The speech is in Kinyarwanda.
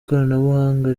koranabuhanga